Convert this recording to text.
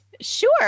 Sure